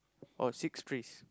oh six trees